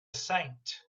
saint